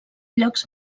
llocs